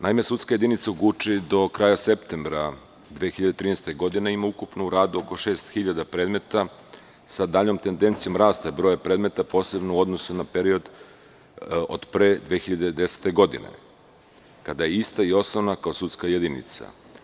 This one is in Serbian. Naime, sudska jedinica u Guči do kraja septembra 2013. godine ima ukupno u radu oko 6.000 predmeta sa daljom tendencijom rasta broja predmeta, posebno u odnosu na period od pre 2010. godine, kada je ista i osnovana kao sudska jedinica.